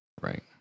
Right